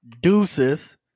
Deuces